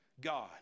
God